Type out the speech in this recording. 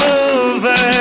over